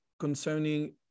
concerning